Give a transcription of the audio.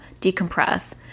decompress